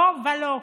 לא ולא.